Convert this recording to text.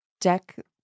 deck